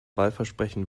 wahlversprechen